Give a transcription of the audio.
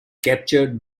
captured